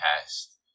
past